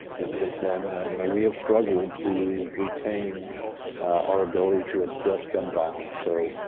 and since then, you know we have struggled to retain our ability to address gun violence. so,